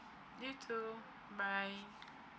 you too bye